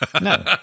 No